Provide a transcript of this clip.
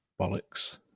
bollocks